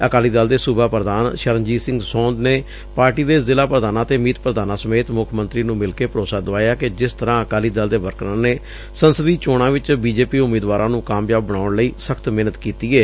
ਅਕਾਲੀ ਦਲ ਦੇ ਸੁਬਾ ਪ੍ਰਧਾਨ ਸ਼ਰਨਜੀਤ ਸਿੰਘ ਸੋਧ ਨੇ ਪਾਰਟੀ ਦੇ ਜ਼ਿਲਾ ਪ੍ਰਧਾਨਾਂ ਅਤੇ ਮੀਤ ਪ੍ਰਧਾਨਾਂ ਸਮੇਤ ਮੁੱਖ ਮੰਤਰੀ ਨੂੰ ਮਿਲਕੇ ਭਰੋਸਾ ਦਿਵਾਇਆ ਕਿ ਜਿਸ ਤਰ੍ਹਾ ਅਕਾਲੀ ਦਲ ਦੇ ਵਰਕਰਾ ਨੇ ਸੰਸਦੀ ਚੋਣਾਂ ਵਿਚ ਬੀਜੇਪੀ ਉਮੀਦਵਾਰਾ ਨੂੰ ਕਾਮਯਾਬ ਬਣਾਉਣ ਲਈ ਸਖ਼ਤ ਮਿਹਨਤ ਕੀਤੀ ਏ